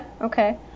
okay